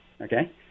Okay